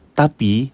tapi